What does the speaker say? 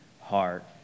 heart